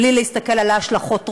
בלי להסתכל על השלכות הרוחב.